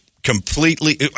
completely